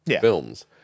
films